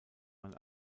man